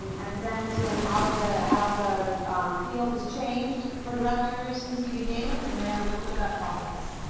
and then sort of how the how the field has changed for directors since you began and then a little bit about process.